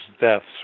deaths